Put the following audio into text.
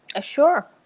Sure